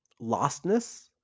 lostness